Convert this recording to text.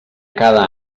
cada